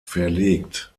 verlegt